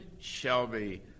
Shelby –